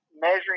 measuring